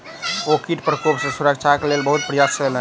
ओ कीट प्रकोप सॅ सुरक्षाक लेल बहुत प्रयास केलैन